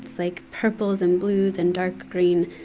it's like purples and blues and dark green.